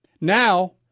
now